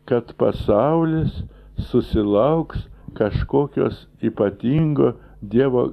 kad pasaulis susilauks kažkokios ypatingos dievo